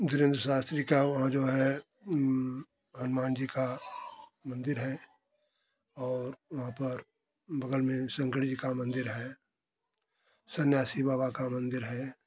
धीरेंद्र शास्त्री का वहाँ जो है हनुमान जी का मंदिर है और वहाँ पर बगल में शंकर जी का मंदिर है सन्यासी बाबा का मंदिर है